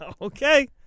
Okay